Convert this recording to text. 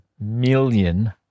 million